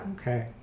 Okay